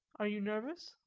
are you nervous?